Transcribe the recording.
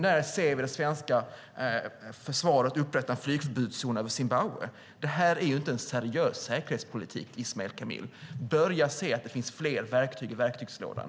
När ser vi det svenska försvaret upprätta en flygförbudszon över Zimbabwe? Detta är inte seriös säkerhetspolitik, Ismail Kamil! Börja se att det finns fler verktyg i verktygslådan!